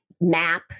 map